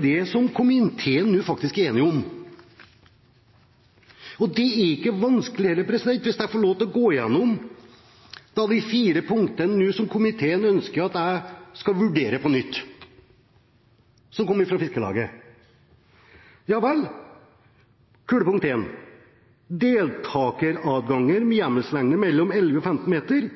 det som komiteen nå faktisk er enig om. Det er ikke vanskeligere – hvis jeg får lov til å gå gjennom de fire punktene som komiteen ønsker at jeg skal vurdere på nytt, som kom fra Fiskarlaget: Når det gjelder punkt én om deltakeradganger med hjemmelslengde 11–15 meter,